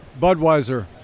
Budweiser